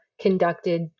conducted